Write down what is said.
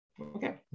Okay